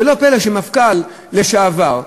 ולא פלא שמפכ"ל לשעבר,